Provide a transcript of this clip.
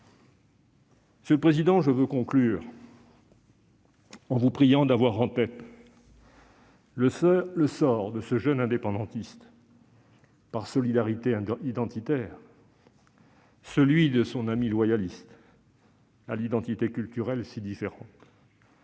Monsieur le président, je veux conclure en vous priant d'avoir en tête le sort du jeune indépendantiste par solidarité identitaire et celui de son ami loyaliste à l'identité culturelle si différente.